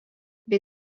bei